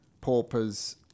paupers